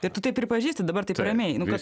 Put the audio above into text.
kaip tai pripažįsta dabar tik ramiai visiškai taip